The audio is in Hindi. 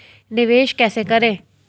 निवेश कैसे करें?